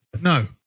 No